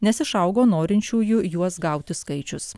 nes išaugo norinčiųjų juos gauti skaičius